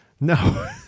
No